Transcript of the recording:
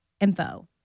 info